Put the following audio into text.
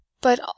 But